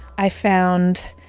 i found,